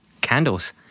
Candles